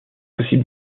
possible